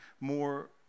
more